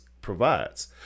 provides